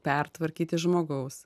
pertvarkyti žmogaus